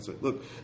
Look